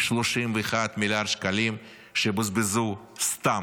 31 מיליארד שקלים שבוזבזו סתם.